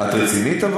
את רצינית?